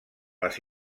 les